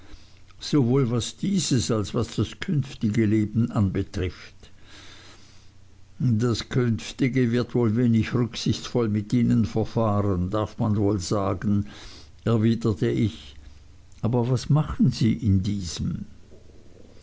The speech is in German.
sowohl was dieses als was das künftige leben anbetrifft das künftige wird wohl wenig rücksichtsvoll mit ihnen verfahren darf man wohl sagen erwiderte ich aber was machen sie in diesem